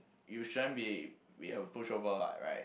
you shouldn't be be a pushover what right